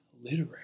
literary